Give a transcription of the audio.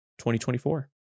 2024